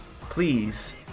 please